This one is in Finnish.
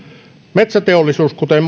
metsäteollisuus kuten